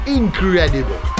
incredible